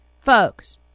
folks